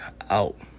out